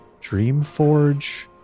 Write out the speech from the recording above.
Dreamforge